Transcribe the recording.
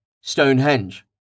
Stonehenge